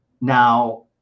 now